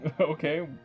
Okay